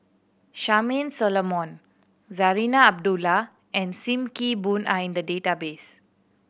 Charmaine Solomon Zarinah Abdullah and Sim Kee Boon are in the database